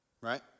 right